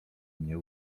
mnie